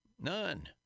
None